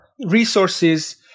resources